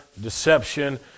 deception